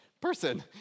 person